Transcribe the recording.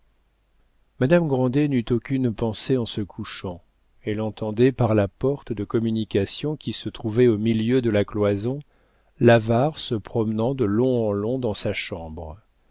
madame grandet n'eut aucune pensée en se couchant elle entendait par la porte de communication qui se trouvait au milieu de la cloison l'avare se promenant de long en long dans sa chambre